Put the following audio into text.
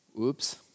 Oops